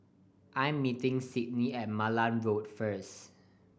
I'm meeting Sydni at Malan Road first